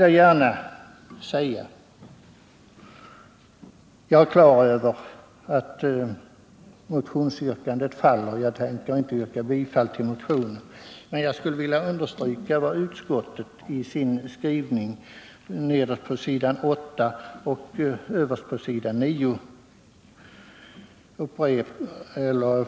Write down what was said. Jag är klar över att motionsyrkandet faller, och jag tänker inte yrka bifall till motionen, men jag skulle vilja understryka vad utskottet har anfört nederst på s. 8 och överst på s. 9 i betänkandet.